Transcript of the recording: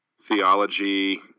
theology